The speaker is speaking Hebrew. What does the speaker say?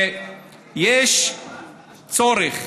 יש צורך